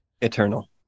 Eternal